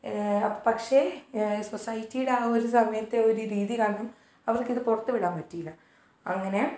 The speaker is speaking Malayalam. പക്ഷേ സൊസൈറ്റീടെ ആ ഒരു സമയത്തെ ഒരു രീതി കാരണം അവർക്കിത് പുറത്തുവിടാൻ പറ്റീല്ല അങ്ങനെ